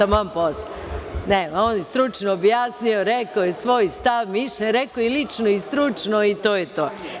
On je stručno objasnio, rekao je svoj stav, mišljenje, rekao je i lično i stručno i to je to.